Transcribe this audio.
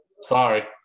Sorry